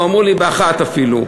אמרו לי ב-2001 אפילו,